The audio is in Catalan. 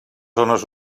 zones